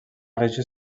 regió